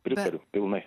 pritariu pilnai